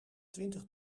twintig